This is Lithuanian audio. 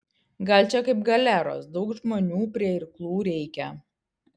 gal čia kaip galeros daug žmonių prie irklų reikia